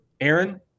Aaron